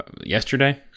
yesterday